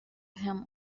him